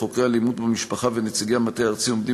חוקרי אלימות במשפחה ונציגי המטה הארצי עומדים